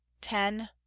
ten